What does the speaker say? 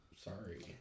Sorry